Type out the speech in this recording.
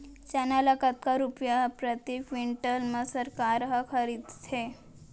चना ल कतका रुपिया प्रति क्विंटल म सरकार ह खरीदथे?